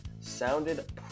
sounded